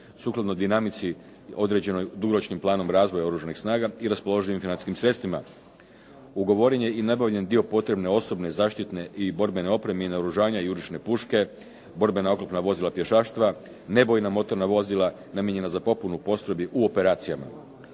sukladno dinamici određenoj dugoročnim planom razvoja Oružanih snaga i raspoloživim financijskim sredstvima. Ugovoren je i nabavljen dio potrebne osobne zaštitne i borbene opreme i naoružanja jurišne puške, borbena oklopna vozila pješaštva, nebojna motorna vozila namijenjena za popunu postrojbi u operacijama.